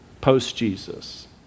post-Jesus